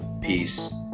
peace